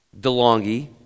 DeLonghi